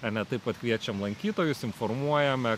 ar ne taip pat kviečiam lankytojus informuojame